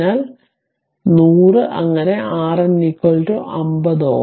അതിനാൽ 100 അങ്ങനെ RN 50 Ω